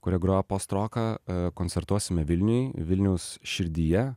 kuri groja postroką koncertuosime vilniuj vilniaus širdyje